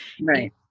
right